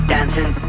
Dancing